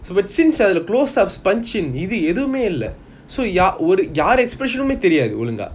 but since ah the close ups punch in இது ஏதுமே இல்ல:ithu eathumey illa so யாரு:yaaru expression யுமே தெரியாது ஒழுங்கா:yumae teriyathu olunga